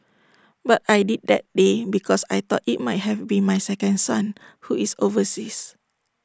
but I did that day because I thought IT might have been my second son who is overseas